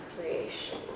creation